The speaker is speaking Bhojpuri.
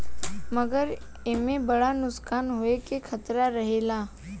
मगर एईमे बड़ा नुकसान होवे के खतरा रहेला